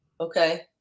Okay